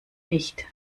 nicht